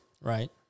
Right